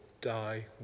die